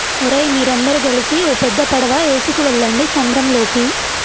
ఓరై మీరందరు గలిసి ఓ పెద్ద పడవ ఎసుకువెళ్ళండి సంద్రంలోకి